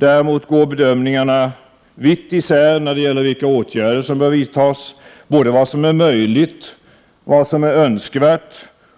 Däremot går bedömningarna vitt isär när det gäller vilka åtgärder som bör vidtas, både om vad som är möjligt och önskvärt